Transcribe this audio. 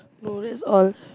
no that's all